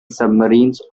submarines